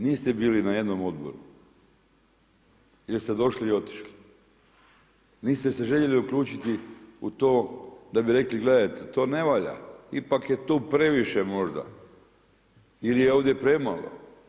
Niste bili ni na jednom odboru jer ste došli i otišli, niste se željeli uključiti u to da bi rekli gledajte to ne valja, ipak je to previše možda ili je ovdje premalo.